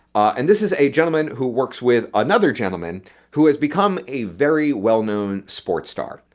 and this is a gentleman who works with another gentleman who has become a very well-known sports start.